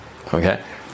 okay